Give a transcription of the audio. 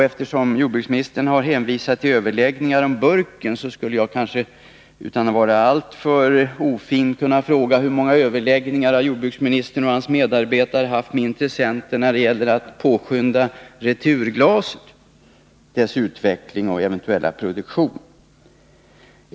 Eftersom jordbruksministern hänvisat till överläggningar om burken skulle jag kanske, utan att vara alltför ofin, kunna fråga hur många överläggningar jordbruksministern och hans medarbetare har haft med intressenterna för att påskynda returglasets utveckling och dess eventuella produktion.